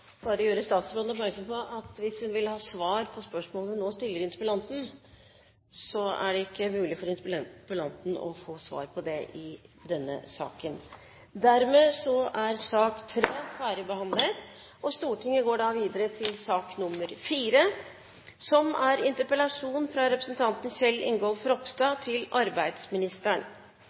bare gjøre statsråden oppmerksom på at hvis hun vil ha svar på spørsmålene hun nå stilte interpellanten, så er det ikke mulig for interpellanten å svare på det i denne saken. Sak nr. 3 er dermed ferdigbehandlet. Rapporten «Personer med nedsatt arbeidsevne – Hvem er de?» synes jeg har en klingende tittel. 220 000 mennesker som defineres som